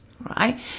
right